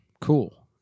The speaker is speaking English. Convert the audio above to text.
Cool